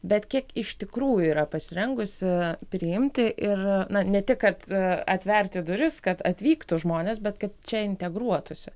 bet kiek iš tikrųjų yra pasirengusi priimti ir na ne tik kad atverti duris kad atvyktų žmonės bet kad čia integruotųsi